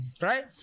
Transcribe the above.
right